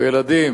ילדים